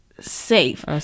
safe